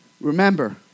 Remember